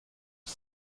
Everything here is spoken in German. ist